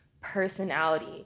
personality